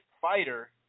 fighter –